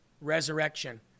resurrection